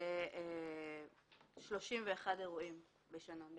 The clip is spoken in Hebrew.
31 אירועים בשנה.